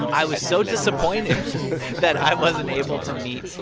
i was so disappointed that i wasn't able to meet,